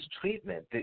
treatment